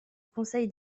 conseil